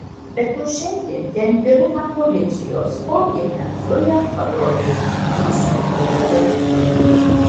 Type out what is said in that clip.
be to šiandien ten pilna policijos kol jie ten zuja pagrobėjai nedrįs nieko daryti